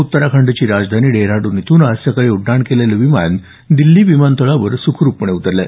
उत्तराखंडची राजधानी डेहराडून इथून आज सकाळी उड्डाण केलेलं विमान दिल्ली विमानतळावर सुखरुपपणे उतरलं